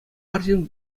арҫын